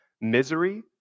Misery